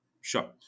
Sure